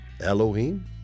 Elohim